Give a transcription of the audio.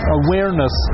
awareness